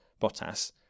Bottas